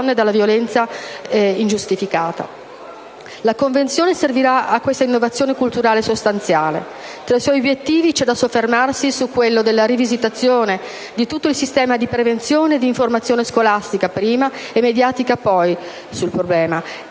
La Convenzione servirà a questa innovazione culturale sostanziale. Tra i suoi obiettivi c'è da soffermarsi su quello della rivisitazione di tutto il sistema di prevenzione e di informazione scolastica prima, e mediatica poi, sul problema.